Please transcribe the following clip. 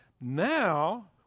Now